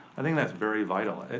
i think that's very vital. and